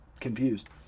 confused